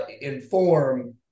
inform